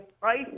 right